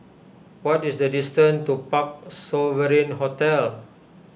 what is the distance to Parc Sovereign Hotel